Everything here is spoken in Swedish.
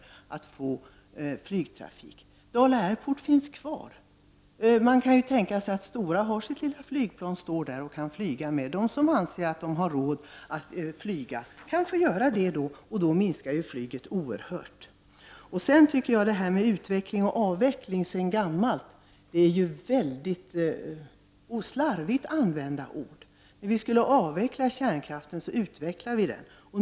Dala Airport finns kvar. Man kan tänka sig att Stora har ett flygplan stående där. De som anser sig ha råd med att flyga kan få göra det, men inte de andra. På detta sätt minskar flygets omfattning oerhört. Orden ”utveckling” och ”avveckling” används sedan gammalt på ett mycket slarvigt sätt. När vi skulle avveckla kärnkraften utvecklade vi den.